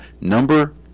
number